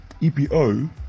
EPO